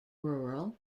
rural